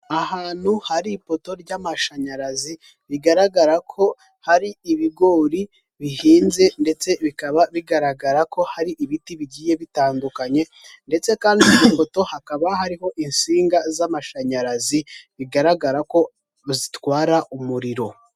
Ahantu hari ipoto ry'amashanyarazi bigaragara ko hari ibigori bihinze ndetse bikaba bigaragara ko hari ibiti bigiye bitandukanye ndetse kandi ku ipoto hakaba hariho insinga z'amashanyarazi bigaragara ko zitwara umuriro.